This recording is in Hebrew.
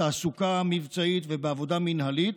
בתעסוקה מבצעית ובעבודה מינהלית,